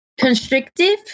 constrictive